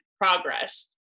progress